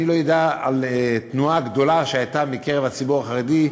אני לא יודע על תנועה גדולה שהייתה מקרב הציבור החרדי,